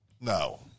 No